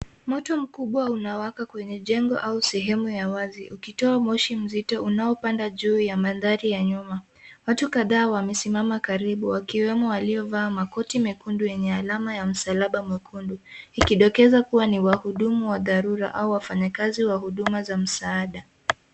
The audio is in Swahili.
Moto mkubwa unawaka kwenye jengo au sehemu ya wazi ukitoa moshi mzito unaopanda juu ya mandhari ya nyuma, watu kadhaa wamesimama karibu wakiwemo waliovaa makoti mekundu yenye alama ya msalaba mwekundu ikidokeza kwamba ni wa huduma wa dharura au wafanyikazi wa huduma za msaada.